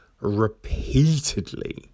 repeatedly